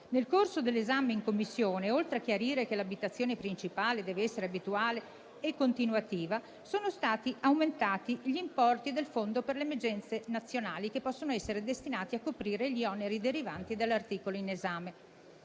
Nel corso dell'esame in Commissione, oltre a chiarire che l'abitazione principale dev'essere abituale e continuativa, sono stati aumentati gli importi del Fondo per le emergenze nazionali che possono essere destinati a coprire gli oneri derivanti dall'articolo in esame.